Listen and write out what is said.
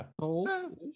cold